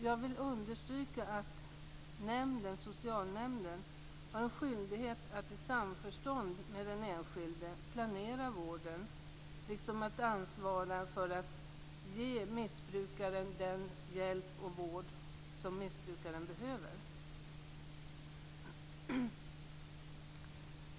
Jag vill också understryka att socialnämnden har en skyldighet att i samförstånd med den enskilde planera vården, liksom att ansvara för att ge missbrukaren den hjälp och vård som missbrukaren behöver.